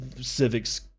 Civic's